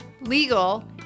legal